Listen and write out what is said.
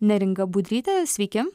neringa budryte sveiki